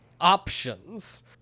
options